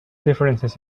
differences